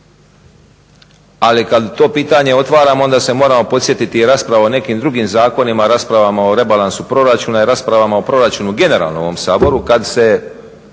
Ali kad to pitanje otvaramo onda se moramo podsjetiti i rasprava o nekim drugim zakonima, raspravama o rebalansu proračuna i raspravama o proračunu generalno u ovom Saboru kad se